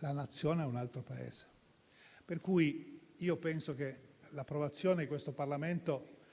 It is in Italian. la Nazione a un altro Paese. Per cui penso che l'approvazione di questo Parlamento